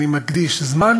אני מקדיש זמן